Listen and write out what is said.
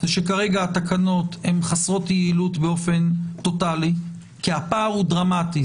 שכרגע התקנות חסרות יעילות באופן טוטלי כי הפער הוא דרמטי.